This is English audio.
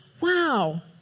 wow